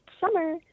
summer